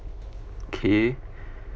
okay